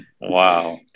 wow